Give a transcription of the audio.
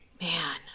man